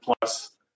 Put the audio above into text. plus